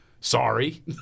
sorry